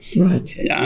Right